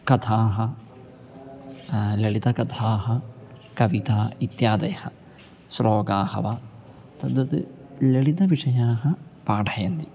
कथाः ललितकथाः कविता इत्यादयः श्लोकाः वा तद्वत् ललितविषयाः पाठयन्ति